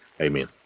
Amen